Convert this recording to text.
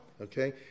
Okay